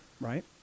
Right